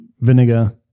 vinegar